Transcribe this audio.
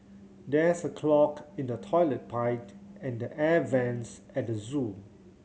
there is a clog in the toilet pipe and the air vents at the zoo